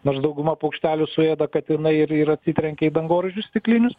nors daugumą paukštelių suėda katinai ir ir atsitrenkia į dangoraižius stiklinius